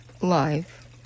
life